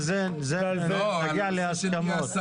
נגיע להסכמות.